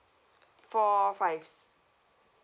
four five s~